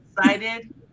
excited